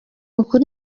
ukuri